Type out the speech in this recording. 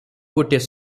ଗୋଟିଏ